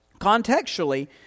Contextually